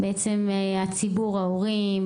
לציבור ההורים,